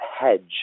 hedge